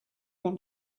want